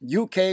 UK